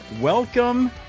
Welcome